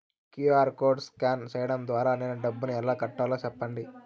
QR code scan సేయడం ద్వారా నేను డబ్బును ఎలా కట్టాలో సెప్పండి?